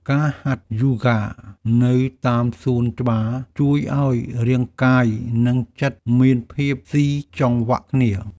ការហាត់យូហ្គានៅតាមសួនច្បារ ជួយឱ្យរាងកាយ និងចិត្តមានភាពស៊ីចង្វាក់គ្នា។